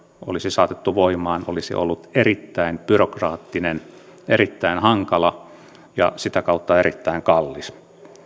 olisi saatettu voimaan olisi ollut erittäin byrokraattinen erittäin hankala ja sitä kautta erittäin kallis